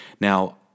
Now